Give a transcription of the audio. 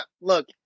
look